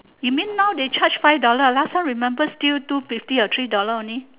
you mean now they charge five dollar last time remember still two fifty or three dollar only